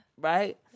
Right